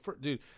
dude